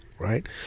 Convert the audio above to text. right